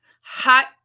Hot